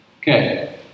Okay